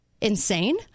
insane